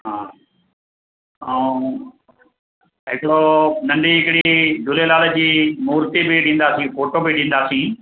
हा ऐं हिकिड़ो नंढी हिकड़ी झूलेलाल जी मूर्ति बि ॾींदासीं फोटो बि ॾींदासीं